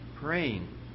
Praying